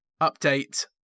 update